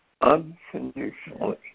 unconditionally